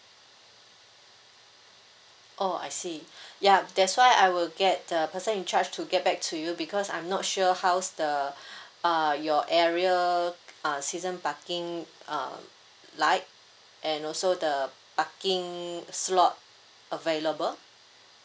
orh I see yup that's why I will get the person in charge to get back to you because I'm not sure how's the uh your area uh season parking uh like and also the parking slot available